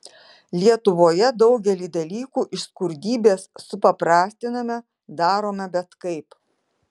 lietuvoje daugelį dalykų iš skurdybės supaprastiname darome bet kaip